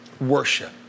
worship